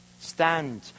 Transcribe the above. Stand